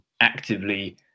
actively